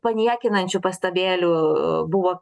paniekinančių pastabėlių buvo